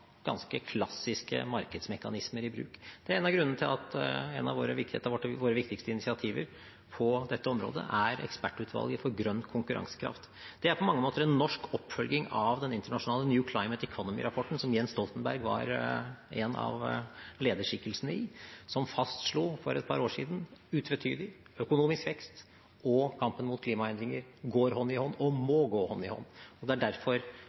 ganske klassiske markedsmekanismer i bruk. Det er en av grunnene til at et av våre viktigste initiativer på dette området er ekspertutvalget for grønn konkurransekraft. Det er på mange måter en norsk oppfølging av den internasjonale rapporten The New Climate Economy, der Jens Stoltenberg var en av lederskikkelsene, som for et par år siden utvetydig fastslo at økonomisk vekst og kampen mot klimaendringer går hånd i hånd – og må gå hånd i hånd. Og det er derfor